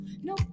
No